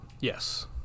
Yes